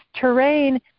terrain